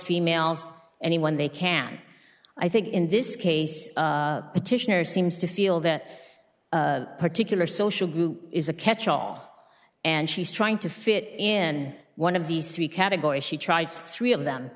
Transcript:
females anyone they can i think in this case petitioner seems to feel that particular social group is a catch off and she's trying to fit in one of these three categories she tries three of them